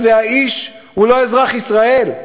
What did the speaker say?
והאיש הוא לא אזרח ישראל,